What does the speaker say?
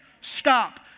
Stop